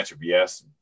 yes